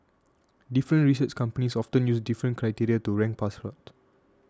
different research companies often use different criteria to rank passports